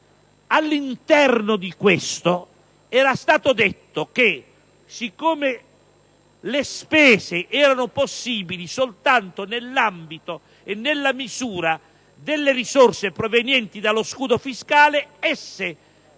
All'interno di questo ragionamento era stato detto che, siccome le spese erano possibili soltanto nell'ambito e nella misura delle risorse provenienti dallo scudo fiscale, esse,